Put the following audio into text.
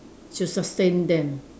to sustain them